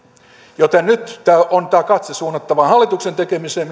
joten nyt tämä katse on suunnattava hallituksen tekemiseen